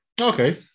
Okay